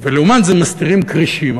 לעומת זאת, מסתירים את הכרישים.